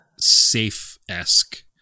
safe-esque